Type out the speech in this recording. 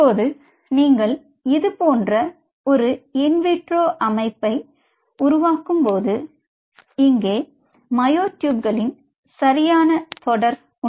இப்போது நீங்கள் இதுபோன்ற ஒரு இன் விட்ரோ அமைப்பை உருவாக்கும்போது இங்கே மயோட்யூப்களின் சரியான தொடர் உள்ளது